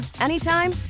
anytime